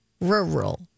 Rural